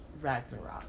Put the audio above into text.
Ragnarok